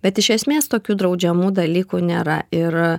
bet iš esmės tokių draudžiamų dalykų nėra ir